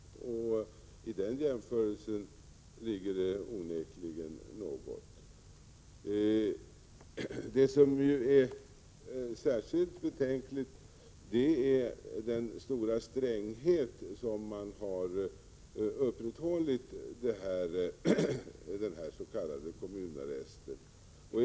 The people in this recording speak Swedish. I den jämförelsen ligger det onekligen något. Det som är särskilt betänkligt i dessa fall är den stora stränghet varmed man har upprätthållit den s.k. kommunarresten.